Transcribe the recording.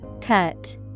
Cut